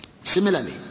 Similarly